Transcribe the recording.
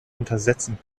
untersetzen